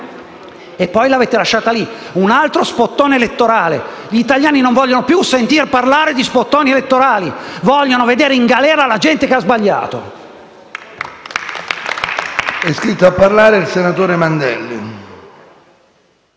e poi l'avete lasciata lì. Un altro "spottone" elettorale. Gli italiani non vogliono più sentire parlare di "spottoni" elettorali, vogliono vedere in galera la gente che ha sbagliato.